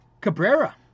Cabrera